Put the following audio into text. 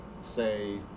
say